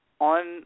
on